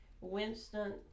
Winston